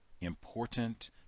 important